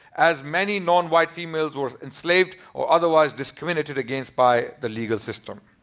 as many non-white females were enslaved or otherwise discriminated against by the legal system.